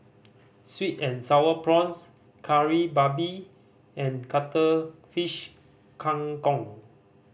sweet and Sour Prawns Kari Babi and Cuttlefish Kang Kong